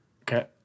Okay